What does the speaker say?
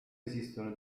esistono